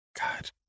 God